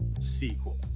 sequel